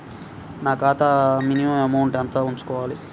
నా ఖాతా minimum amount ఎంత ఉంచుకోవాలి?